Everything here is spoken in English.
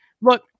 look